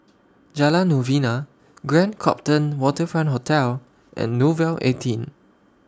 Jalan Novena Grand Copthorne Waterfront Hotel and Nouvel eighteen